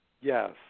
Yes